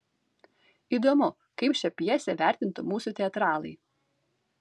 įdomu kaip šią pjesę vertintų mūsų teatralai